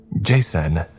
Jason